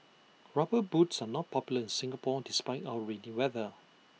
rubber boots are not popular in Singapore despite our rainy weather